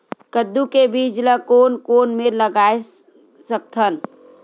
कददू के बीज ला कोन कोन मेर लगय सकथन?